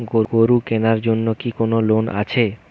গরু কেনার জন্য কি কোন লোন আছে?